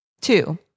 Two